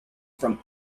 from